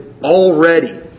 already